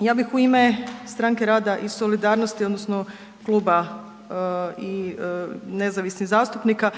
Ja bih u ime Stranke rada i solidarnosti odnosno kluba i nezavisnih zastupnika